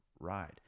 ride